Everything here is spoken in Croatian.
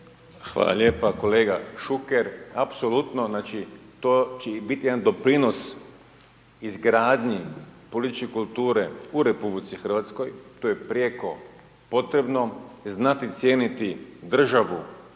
Hvala lijepo. Kolega Šuker, apsolutno, znači to će i biti jedan doprinos izgradnji političke kulture u RH, to je prijeko potrebno, znati cijeniti državu